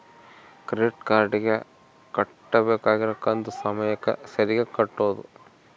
credit card ಗೆ ಕಟ್ಬಕಾಗಿರೋ ಕಂತು ಸಮಯಕ್ಕ ಸರೀಗೆ ಕಟೋದು